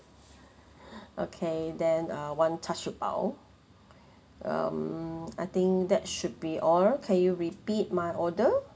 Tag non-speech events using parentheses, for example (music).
(breath) okay then uh one char siew bao um I think that should be all can you repeat my order